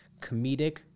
comedic